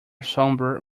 sombre